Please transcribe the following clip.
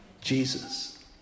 Jesus